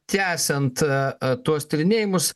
tęsiant tuos tyrinėjimus